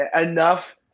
enough